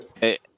Hey